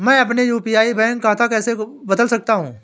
मैं अपने यू.पी.आई का बैंक खाता कैसे बदल सकता हूँ?